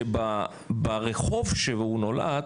שברחוב שהוא נולד,